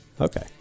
Okay